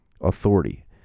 Authority